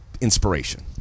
inspiration